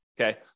Okay